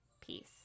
peace